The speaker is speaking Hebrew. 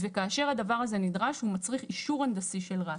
וכאשר הדבר הזה נדרש הוא מצריך אישור הנדסי של רת"א.